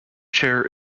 chair